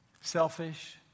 selfish